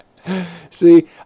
See